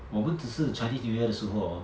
我们只是 chinese new year 的时候 hor